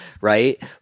right